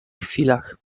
chwilach